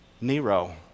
Nero